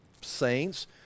saints